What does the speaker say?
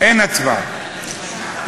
אין הצבעה.